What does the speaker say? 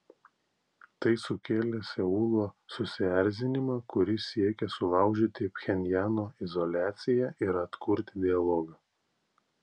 tai sukėlė seulo susierzinimą kuris siekia sulaužyti pchenjano izoliaciją ir atkurti dialogą